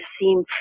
seem